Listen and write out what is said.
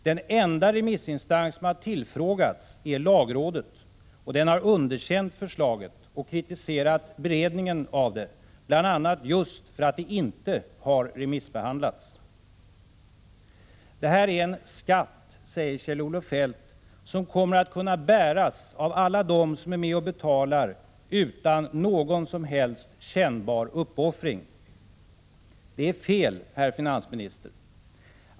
Den enda remissinstans som tillfrågats är lagrådet, och det har underkänt förslaget och kritiserat beredningen av det, bl.a. just att det inte remissbehandlats. Det här är en skatt, säger Kjell-Olof Feldt, som kommer att kunna bäras av alla dem som är med och betalar utan någon som helst kännbar uppoffring. Det är fel, herr finansminister.